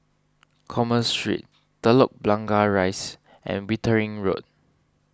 Commerce Street Telok Blangah Rise and Wittering Road